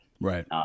Right